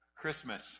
Christmas